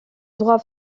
droit